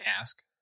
ask